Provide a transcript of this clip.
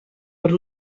per